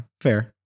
Fair